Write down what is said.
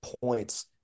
points